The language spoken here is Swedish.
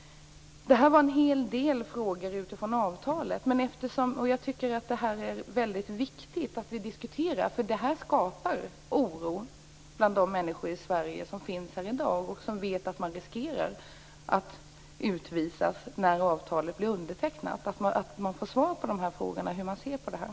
Detta var en hel del frågor utifrån avtalet. Jag tycker att det är väldigt viktigt att diskutera. Det skapar oro bland de människor som finns i Sverige i dag och vet att de riskerar att utvisas när avtalet blir undertecknat. Det är viktigt att de får svar på dessa frågor om hur regeringen ser på detta.